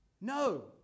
no